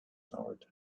heart